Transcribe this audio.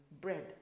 bread